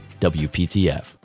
WPTF